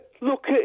look